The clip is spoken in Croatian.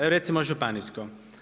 Evo recimo županijsko.